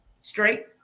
Straight